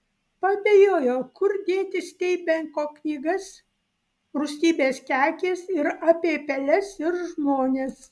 paabejojo kur dėti steinbeko knygas rūstybės kekės ir apie peles ir žmones